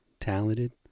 talented